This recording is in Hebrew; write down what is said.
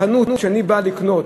בחנות שאני בא לקנות